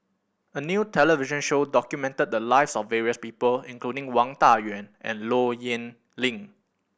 a new television show documented the lives of various people including Wang Dayuan and Low Yen Ling